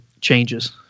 changes